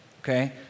okay